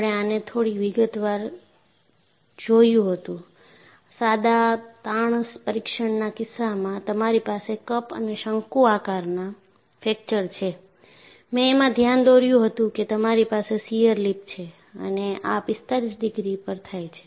આપણે આને થોડી વિગતવાર જોયું હતું સાદા તાણ પરીક્ષણના કિસ્સામાં તમારી પાસે કપ અને શંકુ આકારના ફ્રેક્ચર છે મેં એમાં ધ્યાન દોર્યું હતું કે તમારી પાસે શીયર લિપ છે અને આ 45 ડિગ્રી પર થાય છે